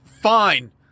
fine